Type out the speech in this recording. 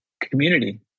community